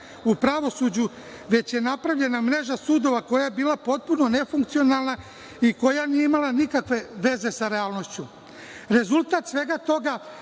u pravosuđu, već je napravljena mreža sudova koja je bila potpuno nefunkcionalna i koja nije imala nikakve veze sa realnošću. Rezultat svega toga